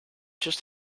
just